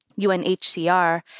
UNHCR